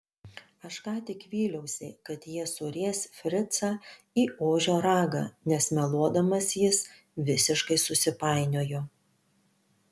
aš ką tik vyliausi kad jie suries fricą į ožio ragą nes meluodamas jis visiškai susipainiojo